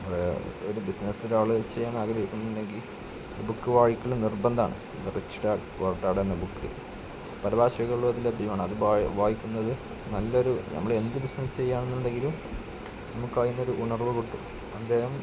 അത് ഒരു ബിസിനെസ്സ് ഒരാൾ ചെയ്യാൻ ആഗ്രഹിക്കുന്നുണ്ടെങ്കിൽ ബുക്ക് വായിക്കൽ നിർബന്ധമാണ് റിച്ച് ഡാഡ് പുവർ ഡാഡ് എന്ന ബുക്ക് പല ഭാഷകളിലും അത് ലഭ്യമാണ് അത് വായിക്കുന്നത് നല്ല ഒരു നമ്മൾ എന്ത് ബിസ്നസ്സ് ചെയ്യുക ആണെന്നുണ്ടെങ്കിലും നമുക്ക് അതിനൊരു ഉണർവ് കിട്ടും അദ്ദേഹം